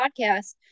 podcast